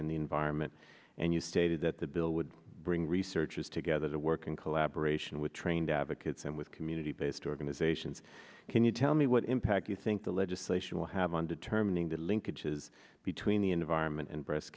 in the environment and you stated that the bill would bring researchers together to work in collaboration with trained advocates and with community based organizations can you tell me what impact you think the legislation will have on determining the linkages between the environment and breast